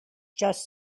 just